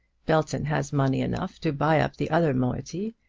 belton has money enough to buy up the other moiety,